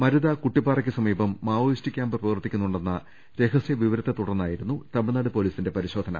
മരുത കുട്ടിപ്പാറക്ക് സമീപം Maoist camp പ്രവർത്തിക്കുന്നുവെന്ന രഹസ്യ വിവരത്തെ തുടർന്നായിരുന്നു തമി ഴ്നാട് പൊലീസിന്റെ പരിശോധന